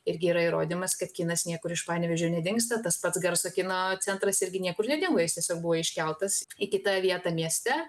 irgi yra įrodymas kad kinas niekur iš panevėžio nedingsta tas pats garso kino centras irgi niekur nedingo jis tiesiog buvo iškeltas į kitą vietą mieste